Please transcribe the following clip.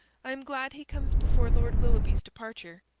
i am glad he comes before lord willoughby's departure.